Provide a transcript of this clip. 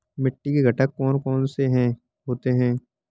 मिट्टी के घटक कौन से होते हैं?